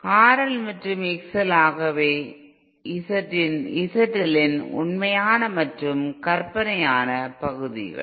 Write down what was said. RL மற்றும் XL ஆகியவை ZL இன் உண்மையான மற்றும் கற்பனையான பகுதிகள்